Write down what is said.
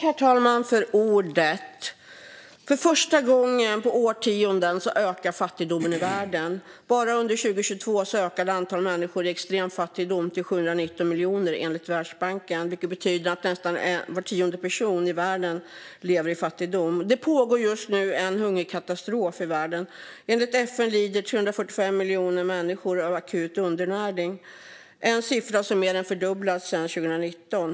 Herr talman! För första gången på årtionden ökar fattigdomen i världen. Bara under 2022 ökade antalet människor i extrem fattigdom till 719 miljoner, enligt Världsbanken. Det betyder att nästan var tionde person i världen lever i fattigdom. Det pågår just nu en hungerkatastrof i världen. Enligt FN lider 345 miljoner människor av akut undernäring. Det är en siffra som mer än fördubblats sedan 2019.